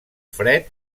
fred